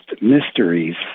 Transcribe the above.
mysteries